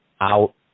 out